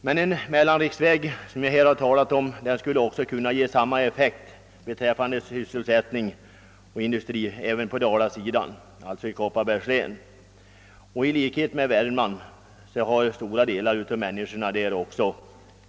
Den mellanriksväg som jag har talat om skulle kunna få effekt även för sysselsättningen i Kopparbergs län — det råder brist på sysselsättning i Dalarna liksom i Värmland.